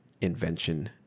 invention